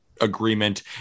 agreement